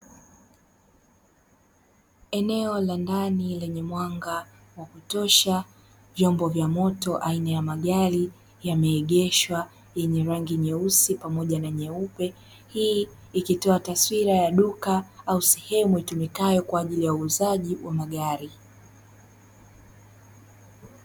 Eneo la ndani lenye mwanga wa kutosha, vyombo vya moto aina ya magari yameegeshwa yenye rangi nyeusi pamoja na nyeupe. Hii ikitoa taswira ya duka au sehemu itumikayo kwa ajili ya uuzaji wa magari.